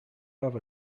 have